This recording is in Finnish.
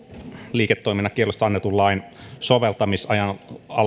liiketoimintakiellosta annetun lain soveltamisalan